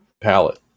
palette